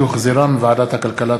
שהוחזרה מוועדת הכלכלה.